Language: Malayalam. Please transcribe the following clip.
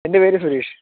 എൻ്റെ പേര് സുരേഷ്